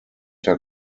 der